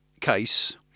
case